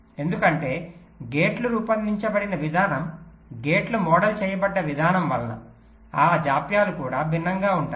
ఎందుకంటే గేట్లు రూపొందించబడిన విధానం గేట్లు మోడల్ చేయబడ్డ విధానం వలన ఆ జాప్యాలు కూడా భిన్నంగా ఉంటాయి